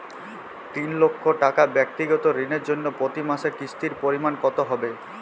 তিন লক্ষ টাকা ব্যাক্তিগত ঋণের জন্য প্রতি মাসে কিস্তির পরিমাণ কত হবে?